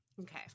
Okay